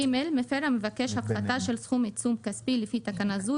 (ג)מפר המבקש הפחתה של סכום עיצום כספי לפי תקנה זו,